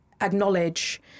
acknowledge